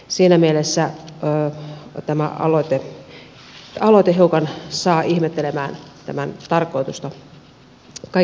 siinä mielessä tämä aloite saa hiukan ihmettelemään tämän tarkoitusta kaiken kaikkiaan